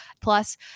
Plus